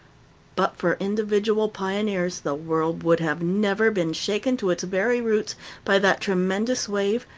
but for individual pioneers the world would have never been shaken to its very roots by that tremendous wave,